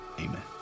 amen